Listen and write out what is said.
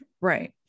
Right